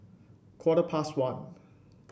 quarter past one